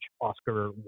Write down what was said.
oscar